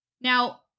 Now